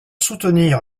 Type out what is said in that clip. soutenir